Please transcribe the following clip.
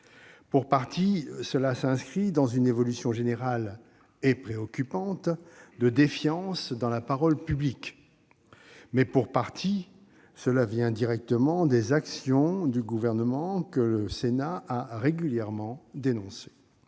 Pour partie, cette situation s'inscrit dans une évolution générale et préoccupante de défiance dans la parole publique. Mais, pour partie également, elle résulte directement des actions du Gouvernement, que le Sénat a régulièrement dénoncées.